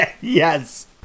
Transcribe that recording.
Yes